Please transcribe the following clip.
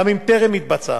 גם אם טרם התבצעה,